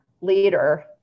leader